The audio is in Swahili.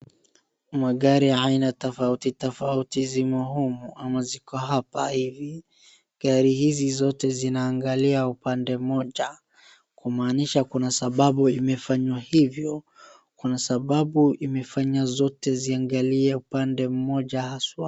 Magari aina tofauti tofauti zimo humu ama ziko hapa hivi gari hizi zote zinaangalia upande mmoja kumaanisha kuna sababu imefanywa hivyo kuna sababu imefanya zote ziangalie upande mmoja haswa.